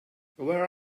where